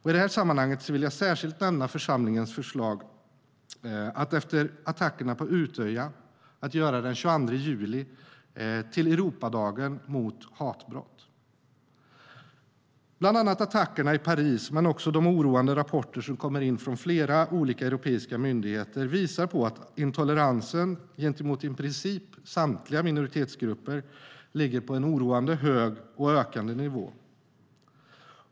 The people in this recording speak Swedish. I det här sammanhanget vill jag särskilt nämna församlingens förslag att efter attackerna på Utøya göra den 22 juli till Europadagen mot hatbrott. Bland annat attackerna i Paris, men också de oroande rapporter som kommer in från flera olika europeiska myndigheter, visar på att intoleransen gentemot i princip samtliga minoritetsgrupper ligger på en oroande hög, och ökande, nivå.